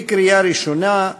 לקריאה ראשונה,